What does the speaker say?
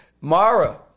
Mara